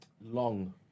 long